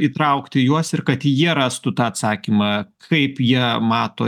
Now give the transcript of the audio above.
įtraukti juos ir kad jie rastų tą atsakymą kaip jie mato